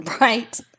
Right